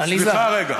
סליחה רגע,